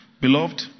Beloved